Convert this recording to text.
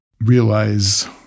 realize